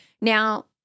Now